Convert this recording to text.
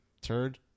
turd